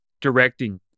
directing